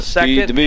Second